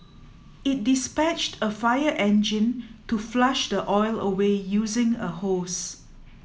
it dispatched a fire engine to flush the oil away using a hose